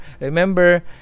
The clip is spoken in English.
remember